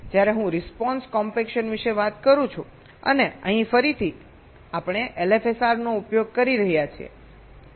હવે જ્યારે હું રિસ્પોન્સ કોમ્પેક્શન વિશે વાત કરું છું અને અહીં ફરીથી અમે LFSR નો ઉપયોગ કરી રહ્યા છીએ